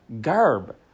garb